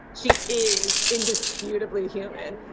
she is indisputably human.